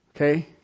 Okay